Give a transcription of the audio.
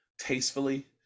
tastefully